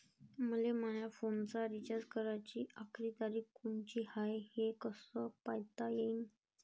मले माया फोनचा रिचार्ज कराची आखरी तारीख कोनची हाय, हे कस पायता येईन?